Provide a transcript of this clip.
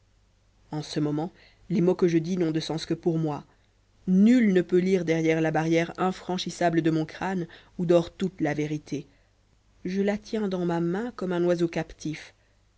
en ce moment les mots que je dis n'ont de sens que pour moi nul ne peut lire derrière la barrière infranchissable de mon crâne où dort toute la vérité je la tiens dans ma main comme un oiseau captif